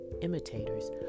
imitators